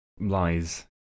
lies